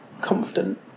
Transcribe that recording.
confident